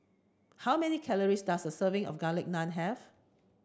how many calories does a serving of garlic naan have